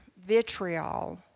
vitriol